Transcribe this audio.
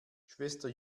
schwester